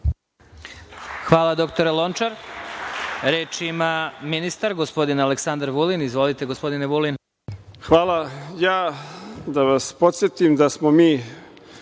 Hvala, dr Lončar. Reč ima ministar, gospodin Aleksandar Vulin. Izvolite. **Aleksandar Vulin** Hvala. Ja da vas podsetim da smo mi,